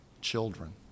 children